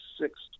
sixth